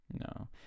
No